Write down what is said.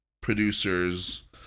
producers